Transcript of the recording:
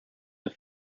have